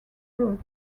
route